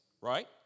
right